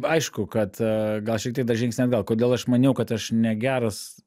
aišku kad gal šiek tiek dar žingsnį atgal kodėl aš maniau kad aš negeras